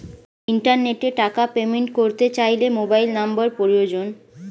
ইন্টারনেটে টাকা পেমেন্ট করতে চাইলে মোবাইল নম্বর প্রয়োজন